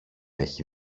έχει